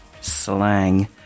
slang